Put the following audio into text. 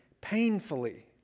painfully